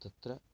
तत्र